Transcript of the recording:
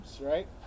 right